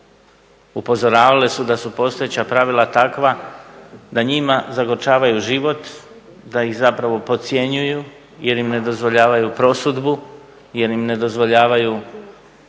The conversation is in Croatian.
Upozoravale su da su postojeća pravila takva da njima zagorčavaju život, da ih zapravo podcjenjuju jer im ne dozvoljavaju prosudbu, jer im ne dozvoljavaju